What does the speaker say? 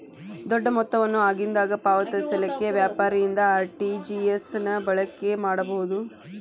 ದೊಡ್ಡ ಮೊತ್ತವನ್ನು ಆಗಿಂದಾಗ ಪಾವತಿಸಲಿಕ್ಕೆ ವ್ಯಾಪಾರದಿಂದ ಆರ್.ಟಿ.ಜಿ.ಎಸ್ ಅನ್ನ ಬಳಕೆ ಮಾಡಬಹುದು